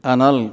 Anal